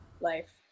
life